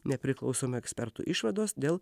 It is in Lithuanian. nepriklausomi ekspertų išvados dėl